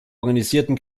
organisierten